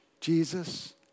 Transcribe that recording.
Jesus